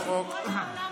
כל העולם טועה,